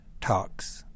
talks